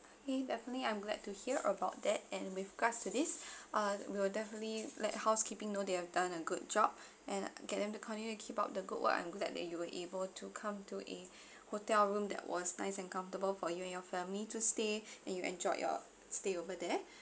okay definitely I'm glad to hear about that and with regards to this uh we'll definitely let housekeeping know they have done a good job and get them to continue to keep up the good work I'm glad that you were able to come to a hotel room that was nice and comfortable for you and your family to stay and you enjoyed your stay over there